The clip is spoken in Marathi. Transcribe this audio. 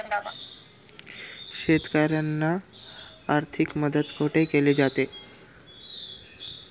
शेतकऱ्यांना आर्थिक मदत कुठे केली जाते?